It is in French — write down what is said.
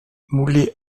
moulay